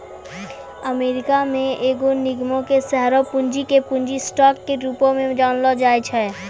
America मे एगो निगमो के शेयर पूंजी के पूंजी स्टॉक के रूपो मे जानलो जाय छै